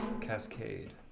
cascade